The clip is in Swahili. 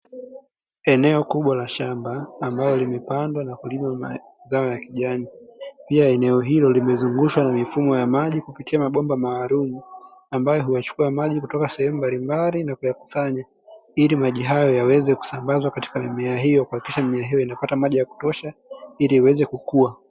Eneo kubwa la shamba ambalo limepandwa na kulima mazao ya kijani, pia eneo hilo limezungushwa na mifumo ya maji kupitia mabomba maalumu, ambayo huyachukua maji kutoka sehemu mbalimbali na kuyakusanya, ili maji hayo yaweze kusambazwa katika mimea hiyo, kuhakikisha mimea hiyo inapata maji ya kutosha ili iweze kukua.